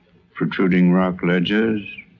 protruding rock ledges,